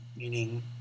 meaning